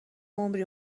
عمری